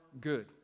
good